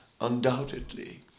undoubtedly